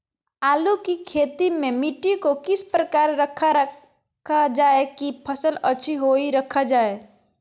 आलू की खेती में मिट्टी को किस प्रकार रखा रखा जाए की फसल अच्छी होई रखा जाए?